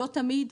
לא תמיד,